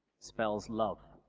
spells love?